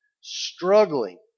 struggling